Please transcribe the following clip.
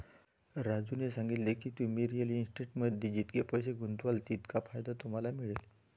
राजूने सांगितले की, तुम्ही रिअल इस्टेटमध्ये जितके पैसे गुंतवाल तितका फायदा तुम्हाला मिळेल